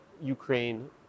Ukraine